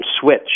switch